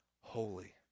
holy